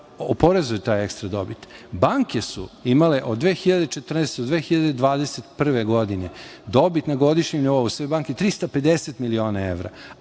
oporezuje tu ekstra dobit. Banke su imale od 2014. do 2021. godine dobit na godišnjem nivou, sve banke, 350 miliona evra,